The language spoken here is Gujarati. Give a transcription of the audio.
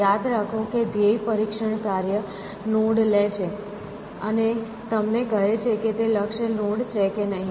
યાદ રાખો કે ધ્યેય પરીક્ષણ કાર્ય નોડ લે છે અને તમને કહે છે કે તે લક્ષ્ય નોડ છે કે નહીં